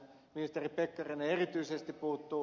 ministeri pekkarinen erityisesti puuttuu